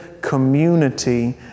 community